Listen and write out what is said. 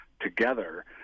together